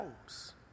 homes